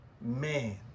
man